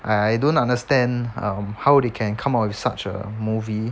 I don't understand um how they can come up with such a movie